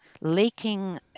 leaking